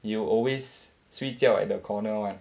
you will always 睡觉 at the corner [one]